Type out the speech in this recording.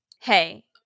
hey